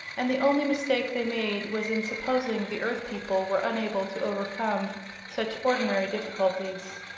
and the only mistake they made was in supposing the earth people were unable to overcome such ordinary difficulties.